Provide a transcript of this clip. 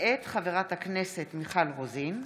מאת חברת הכנסת מיכל רוזין,